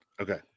Okay